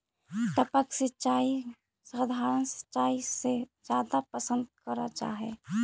टपक सिंचाई सधारण सिंचाई से जादा पसंद करल जा हे